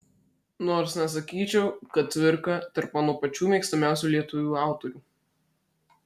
nors nesakyčiau kad cvirka tarp mano pačių mėgstamiausių lietuvių autorių